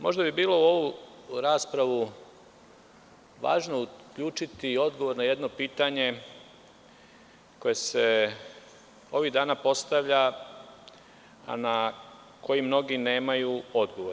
Možda bi bilo u ovu raspravu važno uključiti i odgovor na jedno pitanje koje se ovih dana postavlja, a na koje mnogi nemaju odgovor.